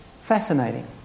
Fascinating